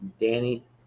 Danny